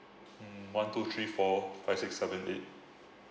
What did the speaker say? mm one two three four five six seven eight